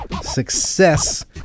Success